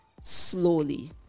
slowly